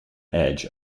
edge